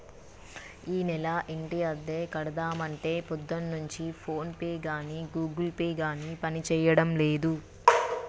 ఈనెల ఇంటి అద్దె కడదామంటే పొద్దున్నుంచి ఫోన్ పే గాని గూగుల్ పే గాని పనిచేయడం లేదు